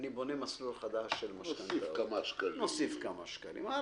נוסיף כמה שקלים.